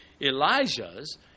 Elijah's